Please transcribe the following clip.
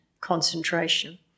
concentration